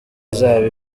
izaba